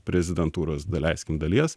prezidentūros daleiskim dalies